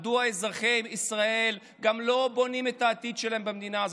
מדוע אזרחי ישראל גם לא בונים את העתיד שלהם במדינה הזאת.